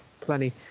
plenty